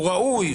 הוא ראוי,